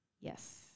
Yes